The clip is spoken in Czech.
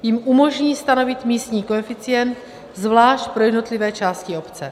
Tím umožní stanovit místní koeficient zvlášť pro jednotlivé části obce.